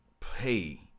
pay